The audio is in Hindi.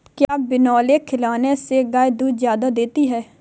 क्या बिनोले खिलाने से गाय दूध ज्यादा देती है?